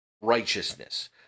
righteousness